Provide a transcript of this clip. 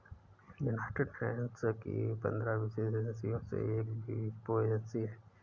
United Nations की पंद्रह विशेष एजेंसियों में से एक वीपो एजेंसी है